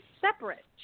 separate